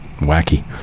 wacky